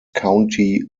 county